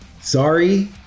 sorry